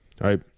right